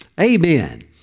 Amen